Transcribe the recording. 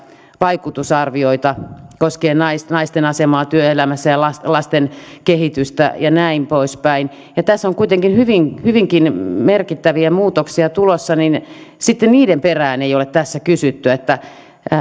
vaikutusarvioita koskien naisten asemaa työelämässä ja lasten kehitystä ja näin poispäin tässä on kuitenkin hyvinkin merkittäviä muutoksia tulossa mutta niiden perään ei ole tässä kysytty